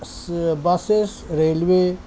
سے buses railway